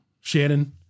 Shannon